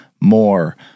more